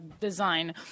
design